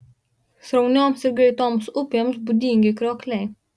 sraunioms ir greitoms upėms būdingi kriokliai